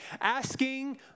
asking